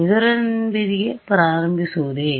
ಇದರೊಂದಿಗೆ ಪ್ರಾರಂಭಿಸುವುದೇ